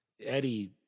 Eddie